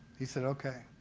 he said, okay.